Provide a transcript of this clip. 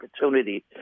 opportunity